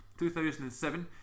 2007